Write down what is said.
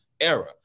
era